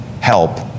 help